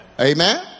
Amen